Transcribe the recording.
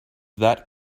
that